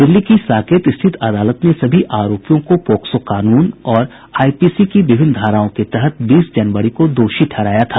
दिल्ली की साकेत स्थित अदालत ने सभी आरोपियों को पॉक्सो कानून और आईपीसी की विभिन्न धाराओं के तहत बीस जनवरी को दोषी ठहराया था